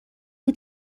بود